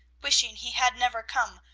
wishing he had never come,